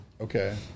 Okay